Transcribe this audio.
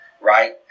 right